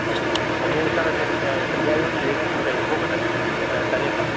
ꯐꯔꯦ ꯐꯔꯦ ꯁꯟꯗꯦꯗꯨ ꯆꯠꯂꯁꯦ ꯑꯗꯨꯗꯤ ꯑꯩ ꯁꯟꯗꯦ ꯑꯌꯨꯛ ꯁꯤꯗꯒꯤ ꯄꯨꯡ ꯀꯩꯗ ꯊꯣꯛꯀꯗꯕꯅꯤ ꯇꯔꯦꯠꯇ